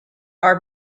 are